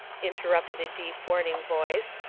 in terrupted a deep warning voice,